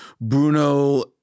bruno